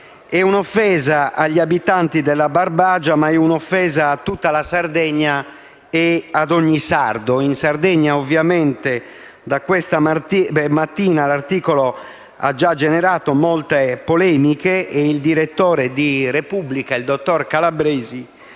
È un'offesa non solo agli abitanti della Barbagia, ma a tutta la Sardegna e ad ogni sardo. In Sardegna, ovviamente, da questa mattina l'articolo ha già generato molte polemiche e il direttore di Repubblica, il dottor Calabresi,